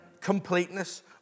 completeness